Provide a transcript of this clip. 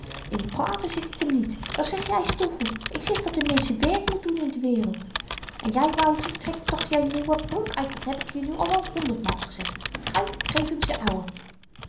in t praten zit t m niet wat zeg jy stoffel ik zeg dat n mensch z'n werk moet doen in de wereld en jy wouter trek toch je nieuwe broek uit dat heb ik je nu wel al honderdmaal gezegd trui geef m z'n ouwe